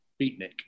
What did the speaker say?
beatnik